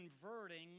converting